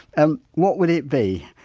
um what would it be?